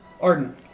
Arden